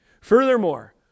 Furthermore